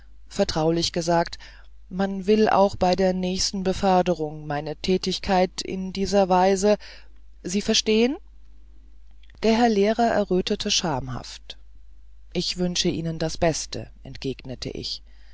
vertraulich gesagt man will auch bei der nächsten beförderung meine tätigkeit in dieser weise sie verstehen der herr lehrer errötete schamhaft ich wünsche ihnen das beste entgegnete ich